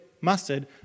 mustard